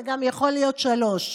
וגם יכול להיות שלוש.